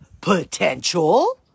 potential